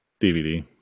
DVD